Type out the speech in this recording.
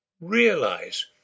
Realize